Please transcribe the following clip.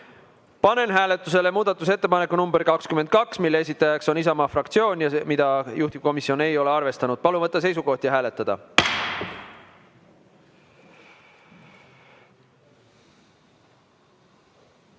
Panen hääletusele muudatusettepaneku nr 22, mille esitajaks on Isamaa fraktsioon ja mida juhtivkomisjon ei ole arvestanud. Palun võtta seisukoht ja hääletada!